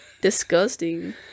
disgusting